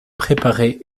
préparé